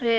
sätt.